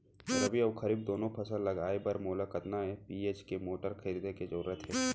रबि व खरीफ दुनो फसल लगाए बर मोला कतना एच.पी के मोटर खरीदे के जरूरत हे?